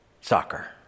soccer